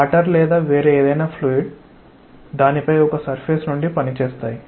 water లేదా వేరే ఏదైనా ఫ్లూయిడ్ దానిపై ఒక సర్ఫేస్ నుండి పనిచేస్తాయి